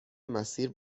مسیر